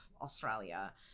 Australia